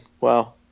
Wow